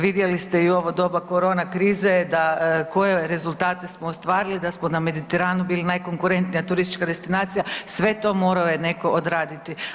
Vidjeli ste i u ovo doba korona krize da koje rezultate smo ostvarili, da smo na Mediteranu bili najkonkurentnija turistička destinacija, sve to morao je neko odraditi.